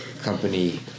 company